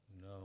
No